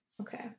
Okay